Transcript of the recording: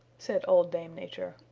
said old dame nature,